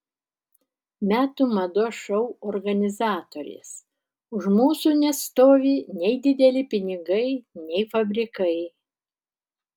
metų mados šou organizatorės už mūsų nestovi nei dideli pinigai nei fabrikai